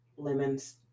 Lemons